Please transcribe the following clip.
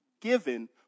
given